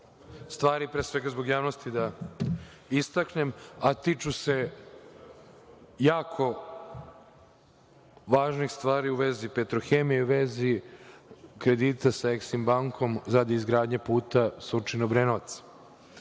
stvar, pre svega zbog javnosti da istaknem, a tiču se jako važnih stvari u vezi „Petrohemije“ i u vezi sa kreditom Eksim bankom za rad izgradnje puta Surčin – Obrenovac. Pre